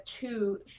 two